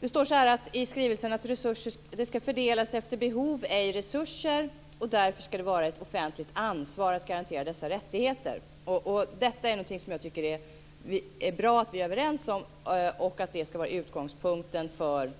Det står så här i skrivelsen: Resurser ska fördelas efter behov, ej resurser, och därför ska det vara ett offentligt ansvar att garantera dessa rättigheter. Detta är någonting som jag tycker är bra att vi är överens om. Det ska vara utgångspunkten för